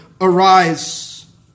Arise